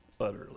utterly